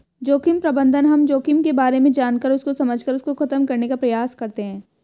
जोखिम प्रबंधन हम जोखिम के बारे में जानकर उसको समझकर उसको खत्म करने का प्रयास करते हैं